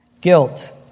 guilt